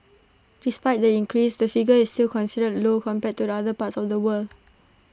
despite the increase the figure is still considered low compared to other parts of the world